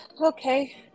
Okay